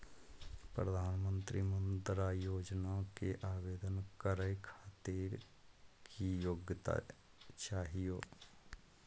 प्रधानमंत्री मुद्रा योजना के आवेदन करै खातिर की योग्यता चाहियो?